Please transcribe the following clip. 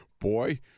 boy